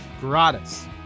gratis